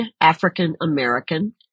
African-American